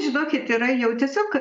žinokit yra jau tiesiog